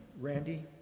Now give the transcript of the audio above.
Randy